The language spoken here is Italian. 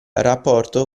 rapporto